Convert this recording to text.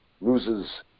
loses